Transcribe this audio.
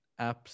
apps